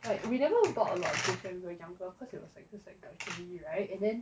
but we never bought a lot of when we were younger cause it was like the right and then